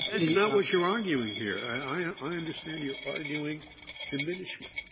that's not what you're arguing here. i i i understand you're arguing diminishment,